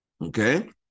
okay